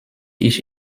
ich